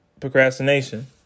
procrastination